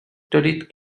studied